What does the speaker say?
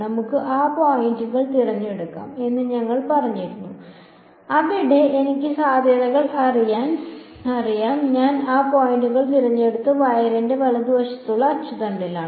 നമുക്ക് ആ പോയിന്റുകൾ തിരഞ്ഞെടുക്കാം എന്ന് ഞങ്ങൾ പറഞ്ഞിരുന്നു അവിടെ എനിക്ക് സാധ്യതകൾ അറിയാം ഞാൻ ആ പോയിന്റുകൾ തിരഞ്ഞെടുത്തത് വയറിന്റെ വലതുവശത്തുള്ള അച്ചുതണ്ടിലാണ്